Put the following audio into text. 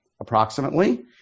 approximately